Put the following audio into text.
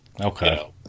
Okay